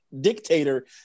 dictator